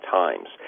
times